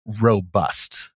robust